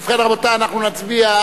ובכן, רבותי, אנחנו נצביע.